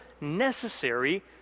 necessary